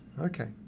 okay